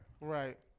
Right